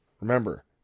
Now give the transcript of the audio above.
remember